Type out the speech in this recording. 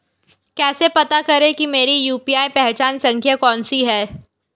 कैसे पता करें कि मेरी यू.पी.आई पहचान संख्या कौनसी है?